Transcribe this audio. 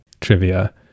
trivia